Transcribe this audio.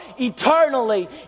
eternally